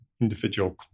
individual